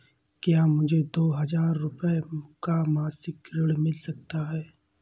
क्या मुझे दो हजार रूपए का मासिक ऋण मिल सकता है?